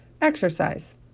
Exercise